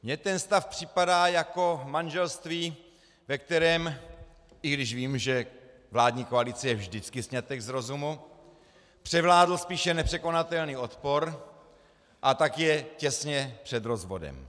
Mně ten stav připadá jako manželství, ve kterém, i když vím, že vládní koalice je vždycky sňatek z rozumu, převládl spíše nepřekonatelný odpor, a tak je těsně před rozvodem.